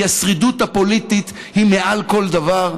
כי השרידות הפוליטית היא מעל כל דבר,